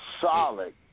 solid